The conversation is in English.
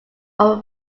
over